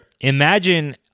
Imagine